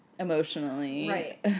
emotionally